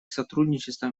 сотрудничество